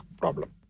problem